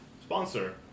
sponsor